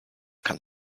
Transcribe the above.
kann